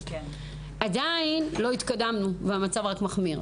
עדיין לא התקדמנו והמצב רק מחמיר.